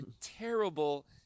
terrible